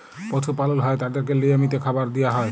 পশু পালল হ্যয় তাদেরকে লিয়মিত খাবার দিয়া হ্যয়